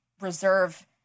reserve